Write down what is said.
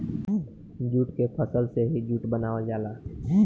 jute के फसल से ही जूट बनावल जाला